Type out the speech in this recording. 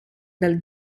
del